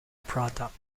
product